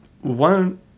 One